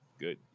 good